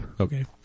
Okay